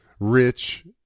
Rich